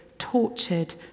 tortured